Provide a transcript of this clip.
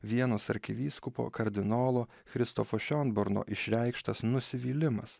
vienos arkivyskupo kardinolo christofo šiomborno išreikštas nusivylimas